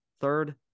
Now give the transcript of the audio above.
third